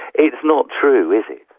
it's not true, is it.